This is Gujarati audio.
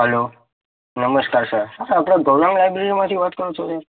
હલો નમસ્કાર સર આપણે ગૌરવ લાઈબ્રેરીમાંથી વાત કરો છો